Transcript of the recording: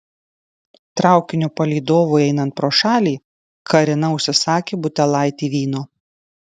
traukinio palydovui einant pro šalį karina užsisakė butelaitį vyno